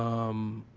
um,